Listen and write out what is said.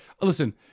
listen